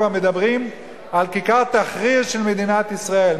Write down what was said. כבר מדברים על כיכר תחריר של מדינת ישראל,